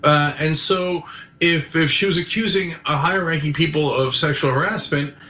and so if if she was accusing a high ranking people of sexual harassment,